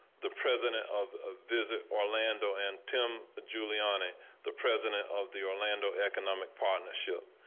the president of ah visit orlando and tim giuliana the president of the orlando economic partnership.